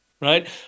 Right